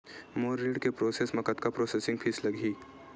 मोर ऋण के प्रोसेस म कतका प्रोसेसिंग फीस लगही?